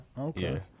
okay